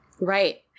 Right